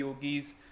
yogis